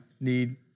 need